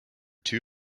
two